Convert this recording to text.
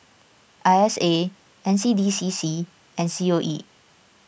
I S A N C D C C and C O E